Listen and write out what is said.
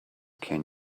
can